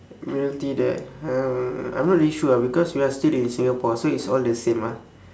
admiralty there um I'm not really sure ah because we are still in singapore so it's all the same ah